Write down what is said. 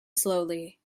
slowly